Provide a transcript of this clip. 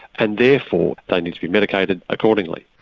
and therefore they need to be medicated accordingly.